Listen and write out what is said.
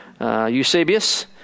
Eusebius